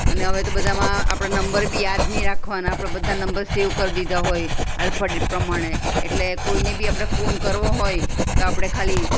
અને હવે તો બધામાં આપણે નંબર બી યાદ નહિ રાખવાના આપણા બધા નંબર સેવ કરી દીધા હોય આલ્ફાડેટ પ્રમાણે એટલે કોઈને બી આપણે ફોન કરવો હોય તો આપણે ખાલી